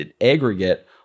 aggregate